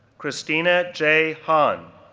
christina j. han,